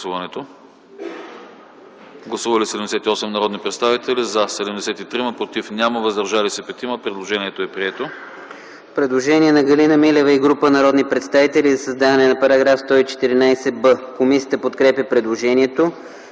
Предложението е прието.